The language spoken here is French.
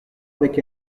avec